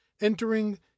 entering